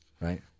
right